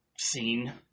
scene